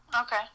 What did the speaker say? okay